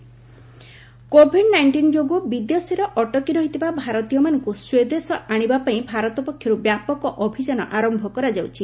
Indians evacuation COVID nineteen ଯୋଗୁଁ ବିଦେଶରେ ଅଟକି ରହିଥିବା ଭାରତୀୟମାନଙ୍କୁ ସ୍ୱଦେଶ ଆଣିବା ପାଇଁ ଭାରତ ପକ୍ଷରୁ ବ୍ୟାପକ ଅଭିଯାନ ଆରମ୍ଭ କରାଯାଉଛି